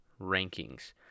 rankings